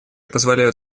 позволяют